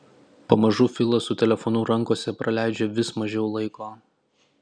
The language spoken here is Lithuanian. pamažu filas su telefonu rankose praleidžia vis mažiau laiko